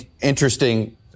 interesting